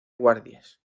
guardias